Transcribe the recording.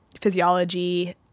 physiology